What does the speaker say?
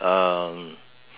um